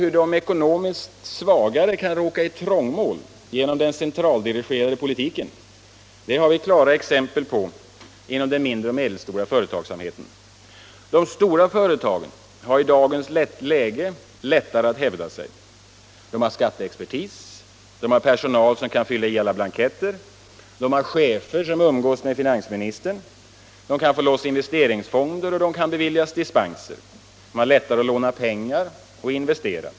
Hur de ekonomiskt svagare kan råka i trångmål genom den centraldirigerande politiken har vi klara exempel på inom den mindre och den medelstora företagsamheten. De stora företagen har i dagens läge lättare att hävda sig. De har skatteexpertis, de har personal som kan fylla i alla blanketter, de har chefer som umgås med finansministern, de kan få loss investeringsfonder och de kan beviljas dispenser, de har lättare att låna pengar och att investera.